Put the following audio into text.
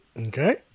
Okay